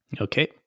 Okay